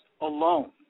alone